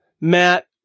Matt